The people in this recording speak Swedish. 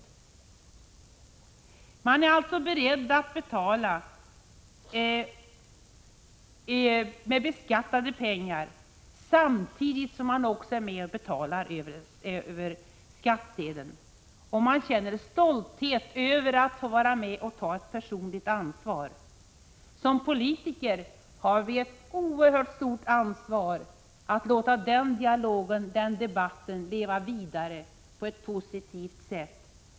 Människor är alltså beredda att betala med beskattade pengar samtidigt som man också betalar över skattsedeln, och de känner stolthet över att vara med och ta ett personligt ansvar. Som politiker har vi ett oerhört stort ansvar för att låta den dialogen och den debatten leva vidare på ett positivt sätt.